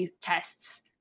tests